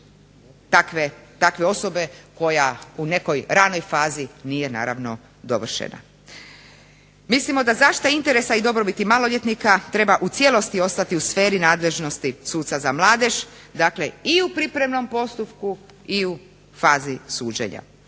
takve osobe koja u nekoj ranoj fazi nije naravno dovršena. Mislimo da zaštita interesa i dobrobiti maloljetnika treba u cijelosti ostati u sferi nadležnosti suca za mladež, dakle i u pripremnom postupku i u fazi suđenja.